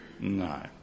No